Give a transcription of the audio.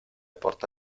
porta